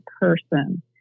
person